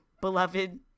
beloved